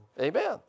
Amen